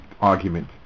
argument